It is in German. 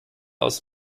aus